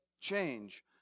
change